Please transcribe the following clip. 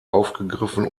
aufgegriffen